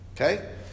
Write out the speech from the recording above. okay